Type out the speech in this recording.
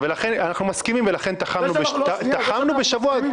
אנחנו מסכימים, ולכן תחמנו בשבוע.